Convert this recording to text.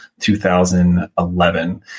2011